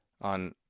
on